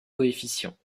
coefficients